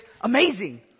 amazing